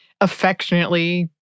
affectionately